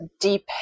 deep